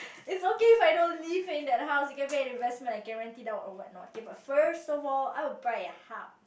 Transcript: it's okay if I don't live in that house it can be an investment I can rent it out or what not okay but first of all I will buy a house